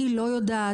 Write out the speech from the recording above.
אני לא יודעת,